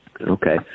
Okay